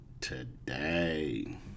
today